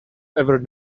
ever